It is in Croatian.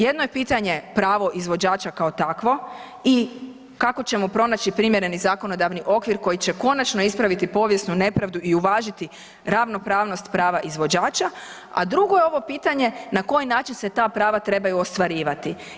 Jedno je pitanje pravo izvođača kao takvo i kako ćemo pronaći primjereni zakonodavni okvir koji će konačno ispraviti povijesnu nepravdu i uvažiti ravnopravnost prava izvođača a drugo je ovo pitanje na koji način se ta prava trebaju ostvarivati.